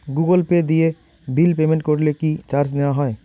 Google Pay দিয়ে bill payment করলে কি চার্জ নেওয়া হয়?